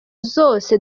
zose